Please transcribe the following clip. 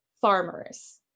farmers